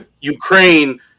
Ukraine